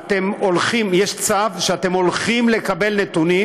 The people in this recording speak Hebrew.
יש צו שאתם הולכים לקבל נתונים